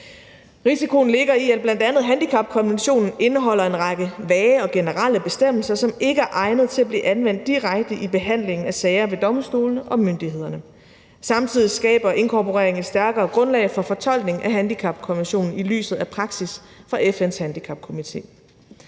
Risikoen ligger i, at bl.a. handicapkonventionen indeholder en række vage og generelle bestemmelser, som ikke er egnede til at blive anvendt direkte i behandlingen af sager ved domstolene og myndighederne. Samtidig skaber inkorporering et stærkere grundlag for fortolkning af handicapkonventionen i lyset af praksis for FN's Handicapkomité.